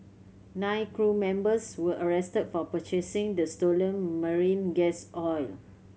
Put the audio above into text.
nine crew members were arrested for purchasing the stolen marine gas oil